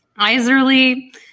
iserly